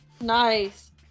Nice